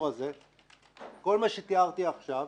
כל מה שתיארתי עכשיו,